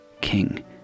king